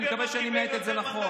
אני מקווה שאני הוגה את זה נכון.